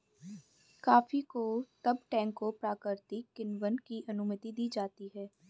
coffee को तब टैंकों प्राकृतिक किण्वन की अनुमति दी जाती है